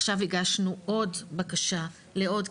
עכשיו הגשנו עוד בקשה לעוד,